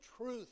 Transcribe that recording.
truth